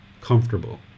comfortable